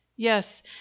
Yes